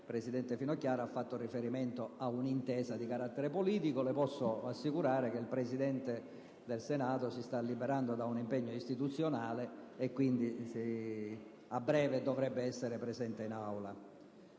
presidente Finocchiaro, ha fatto riferimento ad una intesa di carattere politico: le posso assicurare che il Presidente del Senato sta per terminare un impegno istituzionale, e quindi - a breve - dovrebbe essere presente in Aula.